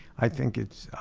i think it's